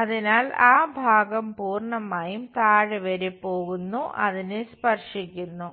അതിനാൽ ആ ഭാഗം പൂർണ്ണമായും താഴെ വരെ പോകുന്നു അതിനെ സ്പർശിക്കുന്നു